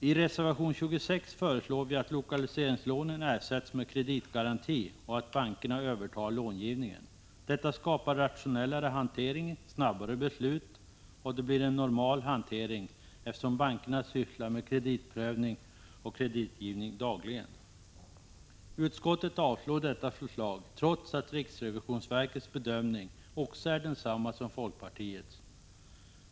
I reservation 26 föreslår vi att lokaliseringslånen ersätts med kreditgaranti och att bankerna övertar långivningen. Detta skapar rationellare hantering, snabbare beslut och det blir en normal hantering, eftersom bankerna sysslar med kreditprövning och kreditgivning dagligen. Utskottet avstyrker detta förslag trots att riksrevisionsverkets bedömning är densamma som folkpartiets.